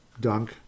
dunk